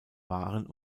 waren